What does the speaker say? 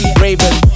Raven